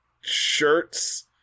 shirts